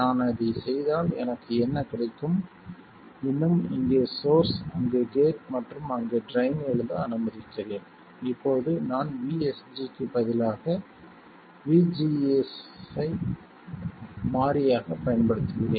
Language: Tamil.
நான் அதைச் செய்தால் எனக்கு என்ன கிடைக்கும் இன்னும் இங்கே சோர்ஸ் அங்கு கேட் மற்றும் அங்கு ட்ரைன் எழுத அனுமதிக்கிறேன் இப்போது நான் vSG க்கு பதிலாக vGS ஐ மாறியாகப் பயன்படுத்துகிறேன்